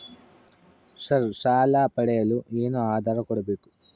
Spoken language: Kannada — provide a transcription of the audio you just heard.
ಸರ್ ಸಾಲ ಪಡೆಯಲು ಏನು ಆಧಾರ ಕೋಡಬೇಕು?